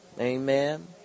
Amen